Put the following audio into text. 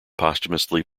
posthumously